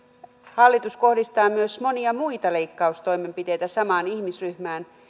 hallitus kohdistaa myös monia muita leikkaustoimenpiteitä samaan ihmisryhmään